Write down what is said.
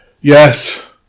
Yes